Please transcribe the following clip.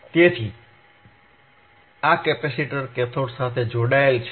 તેથી આ capacitor cathode સાથે જોડાયેલ છે